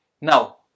Now